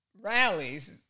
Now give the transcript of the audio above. rallies